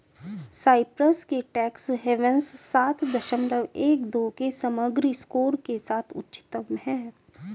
Cyprus के tax havens सात दशमलव एक दो के समग्र स्कोर के साथ उच्चतम हैं